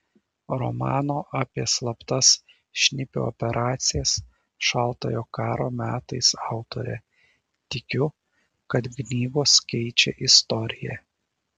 romano apie slaptas šnipių operacijas šaltojo karo metais autorė tikiu kad knygos keičia istoriją